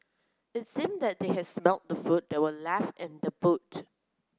it seemed that they had smelt the food that were left in the boot